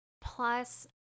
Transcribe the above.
plus